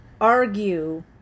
argue